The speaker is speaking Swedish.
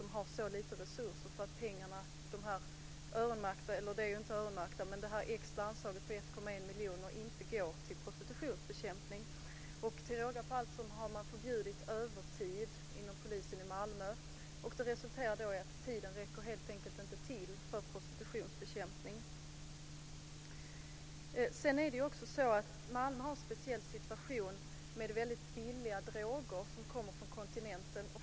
De har så lite resurser att det extra anslaget på 1,1 miljoner - det är ju inte öronmärkta pengar - inte går till prostitutionsbekämpning. Till råga på allt har övertid förbjudits inom polisen i Malmö. Det resulterar i att tiden helt enkelt inte räcker till för prostitutionsbekämpning. Malmö har en speciell situation med billiga droger från kontinenten.